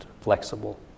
flexible